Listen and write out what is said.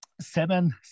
seven